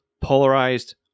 polarized